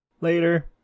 Later